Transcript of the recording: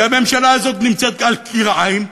כי הממשלה הזאת נמצאת על כרעיים,